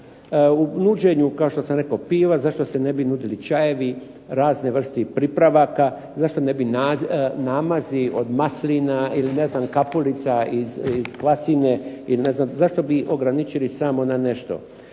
U nuđenju kao što sam rekao piva, zašto se ne bi nudili čajevi, razne vrste pripravaka, zašto ne bi namazi od maslina ili kapulica iz Kvasine, zašto bi ograničili samo na nešto.